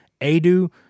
Adu